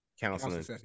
counseling